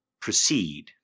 Proceed